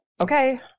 okay